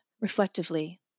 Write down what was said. reflectively